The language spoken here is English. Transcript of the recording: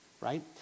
Right